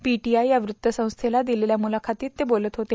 PTI या वृत्तसंस्थेला दिलेल्या मुलाखतीत ते बोलत होते